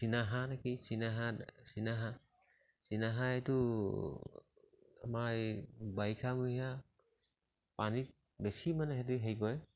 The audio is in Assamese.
চিনাহাঁহ নেকি চিনাহাঁহ চিনাহাঁহ চিনাহাঁহ এইটো আমাৰ এই বাৰিষামহীয়া পানীত বেছি মানে সিহঁতি হেৰি কৰে